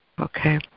Okay